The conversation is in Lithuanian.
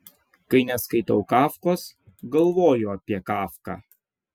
kai neskaitau kafkos galvoju apie kafką